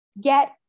Get